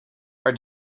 are